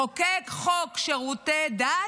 לחוקק חוק שירותי דת?